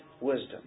wisdom